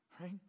right